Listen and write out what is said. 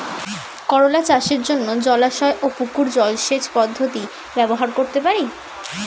করোলা চাষের জন্য জলাশয় ও পুকুর জলসেচ পদ্ধতি ব্যবহার করতে পারি?